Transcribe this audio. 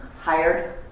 hired